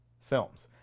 films